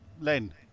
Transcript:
Len